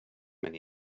men